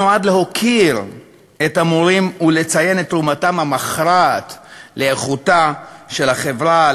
שנועד להוקיר את המורים ולציין את תרומתם המכרעת לאיכותה של החברה,